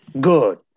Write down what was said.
Good